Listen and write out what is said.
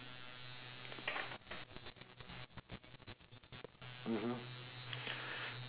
mmhmm